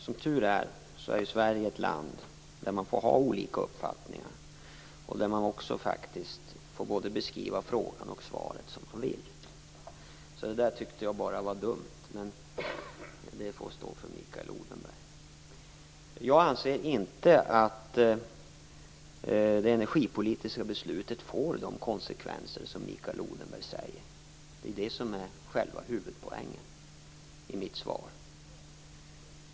Som tur är är ju Sverige ett land där man får ha olika uppfattningar och där man också får beskriva frågan och svaret som man vill. Jag tyckte att det han sade var dumt, men det får stå för Mikael Jag anser inte att det energipolitiska beslutet får de konsekvenser som Mikael Odenberg säger. Det är det som är själva huvudpoängen i mitt svar.